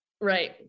Right